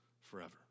forever